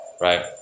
right